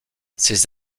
ces